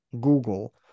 Google